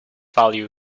value